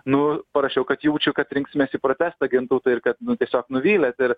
nu parašiau kad jaučiu kad rinksimės į protestą gintautai ir kad nu tiesiog nuvylėt ir